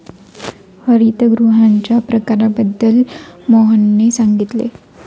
हरितगृहांच्या प्रकारांबद्दल मोहनने सांगितले